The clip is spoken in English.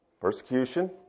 Persecution